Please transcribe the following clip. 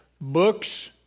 books